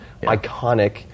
iconic